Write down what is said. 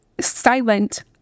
silent